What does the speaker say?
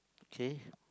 okay